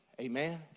Amen